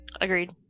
Agreed